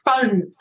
phone